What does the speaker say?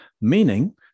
meaning